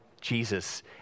Jesus